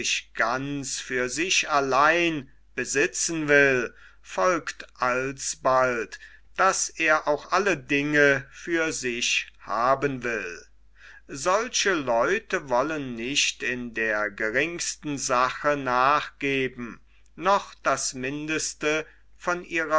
ganz für sich allein besitzen will folgt alsbald daß er auch alle dinge für sich haben will solche leute wollen nicht in der geringsten sache nachgeben noch das mindeste von